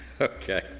Okay